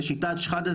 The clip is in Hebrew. לשיטת שחאדה,